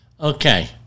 okay